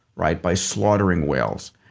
right? by slaughtering whales.